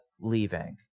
leaving